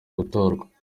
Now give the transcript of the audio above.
gutorwa